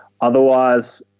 Otherwise